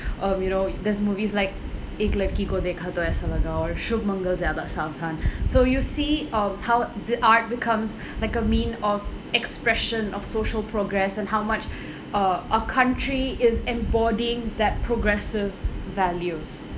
um you know there's movies like Ek Ladki Ko Dekha Toh Aisa Laga ladki ko dekha toh aisa laga or Shubh Mangal Zyada Saavdhan mangal zyada saavdhan so you see um how the art becomes like a mean of expression of social progress on how much uh our country is embodying that progressive values